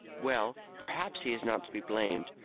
well, perhaps he is not to be blamed.